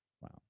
Wow